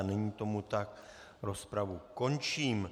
Není tomu tak, rozpravu končím.